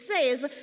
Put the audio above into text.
says